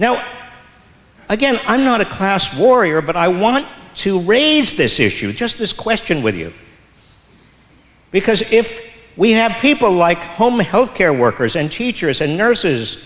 now again i'm not a class warrior but i want to raise this issue just this question with you because if we have people like home health care workers and teachers and nurses